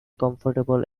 comfortable